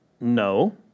No